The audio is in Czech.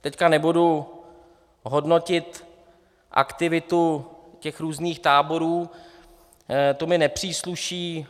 Teď nebudu hodnotit aktivitu těch různých táborů, to mi nepřísluší.